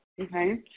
Okay